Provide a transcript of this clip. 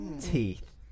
teeth